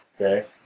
Okay